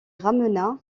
ramena